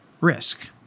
risk